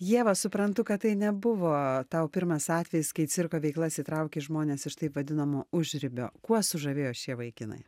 ieva suprantu kad tai nebuvo tau pirmas atvejis kai į cirko veiklas įtrauki žmones iš taip vadinamo užribio kuo sužavėjo šie vaikinai